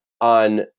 on